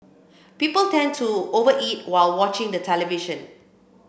people tend to over eat while watching the television